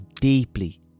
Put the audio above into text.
deeply